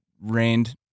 rained